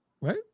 Right